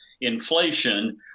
inflation